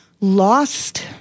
lost